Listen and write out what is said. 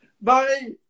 bye